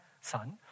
son